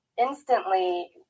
Instantly